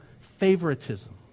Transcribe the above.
favoritism